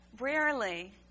rarely